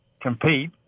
compete